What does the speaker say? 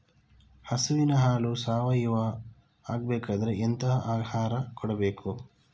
ಹಸುವಿನ ಹಾಲು ಸಾವಯಾವ ಆಗ್ಬೇಕಾದ್ರೆ ಎಂತ ಆಹಾರ ಕೊಡಬೇಕು?